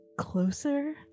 closer